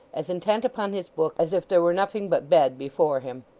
as intent upon his book as if there were nothing but bed before him.